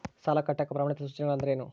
ಸಾಲ ಕಟ್ಟಾಕ ಪ್ರಮಾಣಿತ ಸೂಚನೆಗಳು ಅಂದರೇನು?